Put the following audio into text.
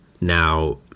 Now